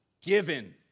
given